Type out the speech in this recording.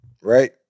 right